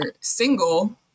single